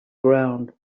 ground